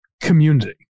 community